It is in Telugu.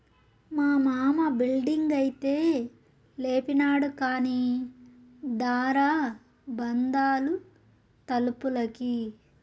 మా మామ బిల్డింగైతే లేపినాడు కానీ దార బందాలు తలుపులకి